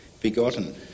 begotten